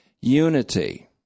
unity